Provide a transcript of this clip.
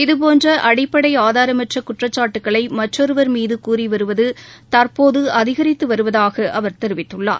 இதபோன்ற அடிப்படை ஆதாரமற்ற குற்றச்சாட்டுகளை மற்றொருவர் மீது கூறிவருவது தற்போது அதிகரித்து வருவதாக அவர் தெரிவித்துள்ளார்